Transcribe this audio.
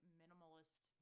minimalist